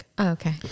Okay